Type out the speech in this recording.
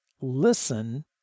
listen